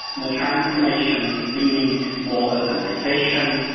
and the transformation meaning more urbanisation,